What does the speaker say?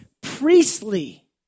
priestly